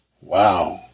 Wow